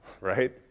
right